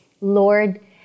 Lord